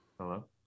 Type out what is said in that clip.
Hello